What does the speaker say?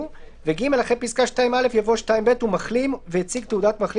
"; אחרי פסקה (2א) יבוא: "(2ב) הוא מחלים והציג תעודת מחלים